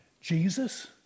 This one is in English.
Jesus